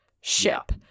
ship